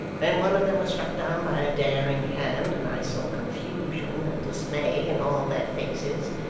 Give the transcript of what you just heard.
when one of them was struck down by a daring hand, and i saw confusion and dismay in all their faces,